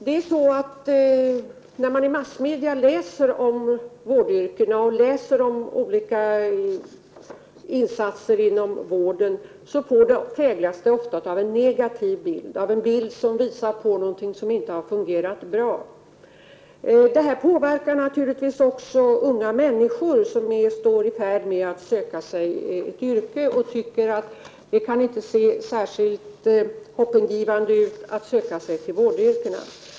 Det man tar del av i massmedia om vårdyrkena och olika insatser inom vården präglas ofta av en negativ bild, en bild som visar på någonting som inte har fungerat bra. Detta påverkar naturligtvis också unga människor som är i färd med att söka sig ett yrke. De tycker inte att det ser särskilt hoppingivande ut att söka sig till vårdyrkena.